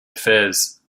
affairs